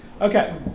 Okay